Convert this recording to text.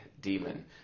demon